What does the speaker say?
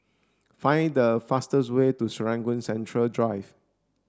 find the fastest way to Serangoon Central Drive